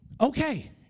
okay